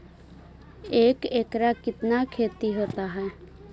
एक एकड़ कितना खेति होता है?